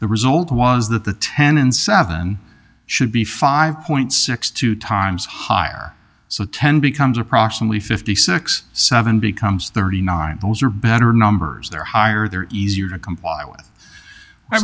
the result was that the ten and seven should be five point six two times higher so ten becomes approximately fifty six seven becomes thirty nine those are better numbers they're higher they're easier to comply with